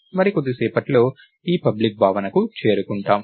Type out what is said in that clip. మరికొద్దిసేపట్లో ఈ పబ్లిక్ భావనకు చేరుకుంటాం